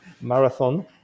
marathon